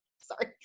sorry